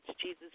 Jesus